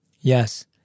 Yes